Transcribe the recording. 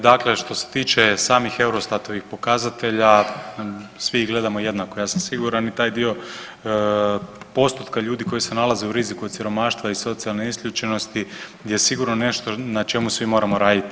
Dakle, što se tiče samih Eurostatovih pokazatelja svi ih gledamo jednako, ja sam siguran i taj dio postotka ljudi koji se nalaze u riziku od siromaštva i socijalne isključenosti gdje sigurno nešto na čemu svi moramo raditi.